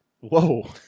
Whoa